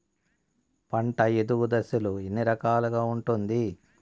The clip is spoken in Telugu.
పంట ఎదుగు దశలు ఎన్ని రకాలుగా ఉంటుంది?